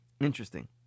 Interesting